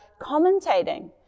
commentating